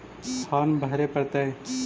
Farm भरे परतय?